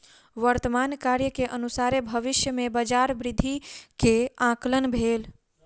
वर्तमान कार्य के अनुसारे भविष्य में बजार वृद्धि के आंकलन भेल